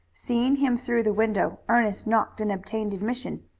seeing him through the window, ernest knocked and obtained admission.